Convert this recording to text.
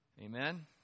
Amen